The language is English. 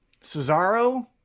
Cesaro